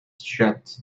shut